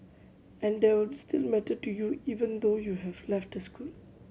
and there will still matter to you even though you have left the school